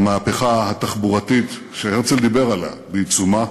המהפכה התחבורתית, שהרצל דיבר עליה, בעיצומה: